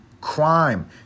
crime